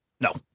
No